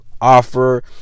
offer